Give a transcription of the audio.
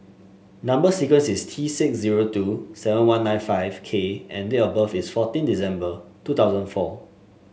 number sequence is T six zero two seven one nine five K and date of birth is fourteen December two thousand and four